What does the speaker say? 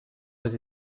aux